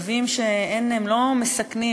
כלבים שלא מסַכנים.